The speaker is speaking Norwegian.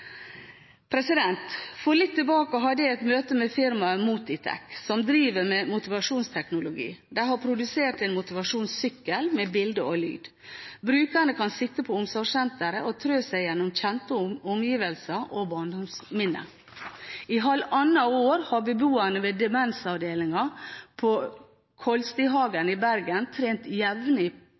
For litt tilbake hadde jeg et møte med firmaet Motitech som driver med motivasjonsteknologi. De har produsert en motivasjonssykkel med bilder og lyd. Brukerne kan sitte på omsorgssenteret og tråkke seg gjennom kjente omgivelser og barndomsminner. I halvannet år har beboerne ved demensavdelingen på Kolstihagen sykehjem i Bergen trent